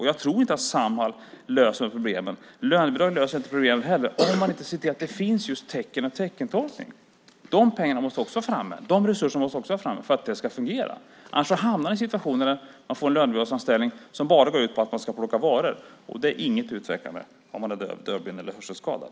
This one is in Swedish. Jag tror inte att Samhall löser de problemen. Lönebidrag löser inte problemen heller om man inte ser till att det finns tecken och teckentolkning. De pengarna måste också fram. De resurserna måste också fram för att det ska fungera. Annars hamnar man i en situation där man får en lönebidragsanställning som bara går ut på att man ska plocka varor. Det är inte utvecklande om man är dövblind eller hörselskadad.